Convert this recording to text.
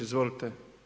Izvolite.